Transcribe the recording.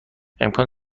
امکان